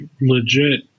legit